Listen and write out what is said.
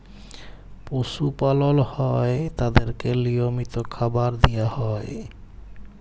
পশু পালল হ্যয় তাদেরকে লিয়মিত খাবার দিয়া হ্যয়